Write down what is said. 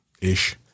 ish